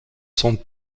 sont